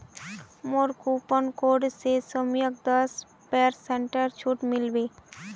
मोर coupon code स सौम्यक दस पेरसेंटेर छूट मिल बे